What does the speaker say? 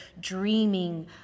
dreaming